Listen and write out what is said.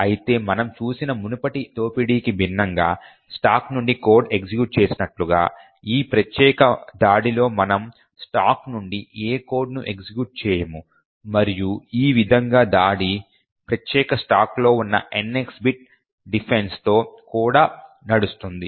అయితే మనం చూసిన మునుపటి దోపిడీకి భిన్నంగా స్టాక్ నుండి కోడ్ ఎగ్జిక్యూట్ చేసినట్లుగా ఈ ప్రత్యేక దాడిలో మనము స్టాక్ నుండి ఏ కోడ్ను ఎగ్జిక్యూట్ చేయము మరియు ఈ విధంగా దాడి ప్రత్యేక స్టాక్ లో ఉన్న NX బిట్ డిఫెన్స్తో కూడా నడుస్తుంది